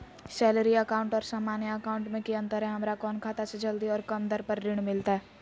Salary account और सामान्य account मे की अंतर है हमरा कौन खाता से जल्दी और कम दर पर ऋण मिलतय?